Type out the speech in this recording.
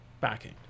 backing